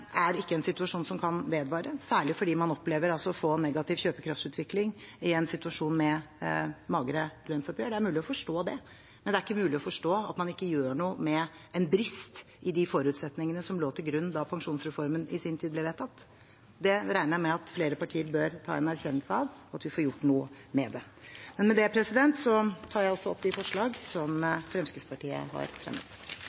ikke en situasjon som kan vedvare, særlig fordi man opplever å få negativ kjøpekraftsutvikling i en situasjon med magre lønnsoppgjør. Det er mulig å forstå det, men det er ikke mulig å forstå at man ikke gjør noe med en brist i de forutsetningene som lå til grunn da pensjonsreformen i sin tid ble vedtatt. Det regner jeg med at flere partier bør komme til en erkjennelse av, og at vi får gjort noe med det. Med det tar jeg opp forslag nr. 70, som